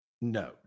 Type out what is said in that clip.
No